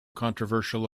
controversial